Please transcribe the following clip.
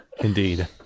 Indeed